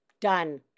done